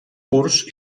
curts